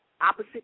Opposite